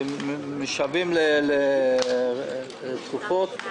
שמשוועים לתרופות.